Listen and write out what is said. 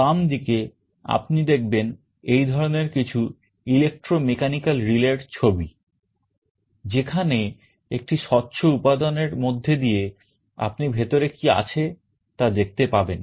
বামদিকে আপনি দেখবেন এই ধরনের কিছু electromechanical relay র ছবি যেখানে একটি স্বচ্ছ উপাদানের মধ্যে দিয়ে আপনি ভিতরে কি আছে তা দেখতে পাবেন